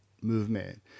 movement